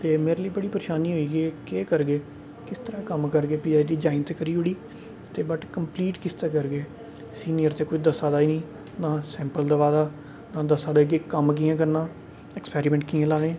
ते मेरे लेईं बड़ी परेशानी होई ही केह् करगे किस तरह् कम्म करगे पीऐच्चडी ज्वाइन ते करी ओड़ी ते बट कम्पलीट किस तरह् करगे सिनियर ते कोई दस्सै दा निं नां सैंपल दस्सै दा नां दस्सा दे कि कम्म कियां करना ऐक्सपैरिमैंट की